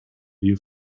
view